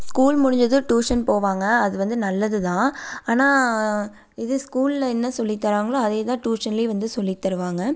school முடிஞ்சதும் tuition போவாங்க அது வந்து நல்லது தான் ஆனால் இது ஸ்கூலில் என்ன சொல்லித் தராங்களோ அதே தான் டியூஷன்லேயும் வந்து சொல்லித் தருவாங்க